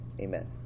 Amen